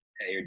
hey